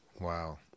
wow